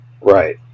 Right